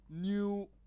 new